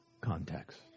context